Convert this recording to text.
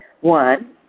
One